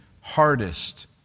hardest